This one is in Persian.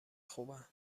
خوبن